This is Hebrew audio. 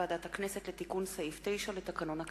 ועדת הכנסת לתיקון סעיף 9 לתקנון הכנסת.